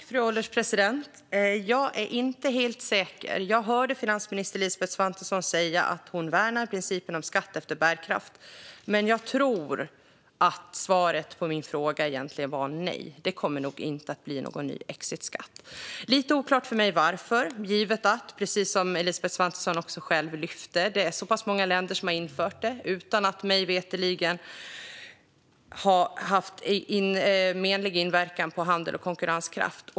Fru ålderspresident! Jag är inte helt säker. Jag hörde finansminister Elisabeth Svantesson säga att hon värnar principen om skatt efter bärkraft, men jag tror att svaret på min fråga egentligen var nej - det kommer nog inte att bli någon ny exitskatt. Det är lite oklart för mig varför, givet att så pass många länder, som Elisabeth Svantesson själv lyfter, har infört en sådan skatt utan att det mig veterligen har haft menlig inverkan på handel och konkurrenskraft.